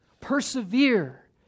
persevere